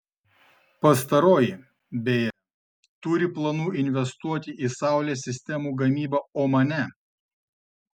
pastaroji beje turi planų investuoti į saulės sistemų gamybą omane